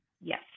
Yes